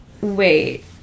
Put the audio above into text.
wait